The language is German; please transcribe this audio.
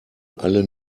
alle